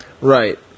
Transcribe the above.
Right